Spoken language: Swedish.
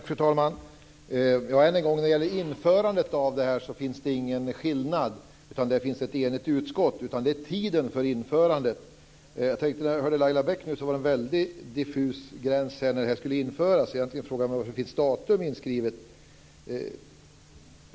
Fru talman! Än en gång: När det gäller införandet av det här finns det inga skillnader, utan det är ett enigt utskott. I stället gäller det tiden för införandet. När jag hörde Laila Bäck var det en väldigt diffus gräns vad gäller tidpunkten för när det här skall införas så egentligen frågar jag mig varför ett datum finns inskrivet.